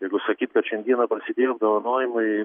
jeigu sakyt kad šiandieną prasidėjo apdovanojimai